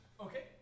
Okay